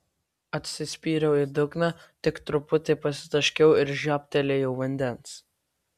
atsispyriau į dugną tik truputį pasitaškiau ir žiobtelėjau vandens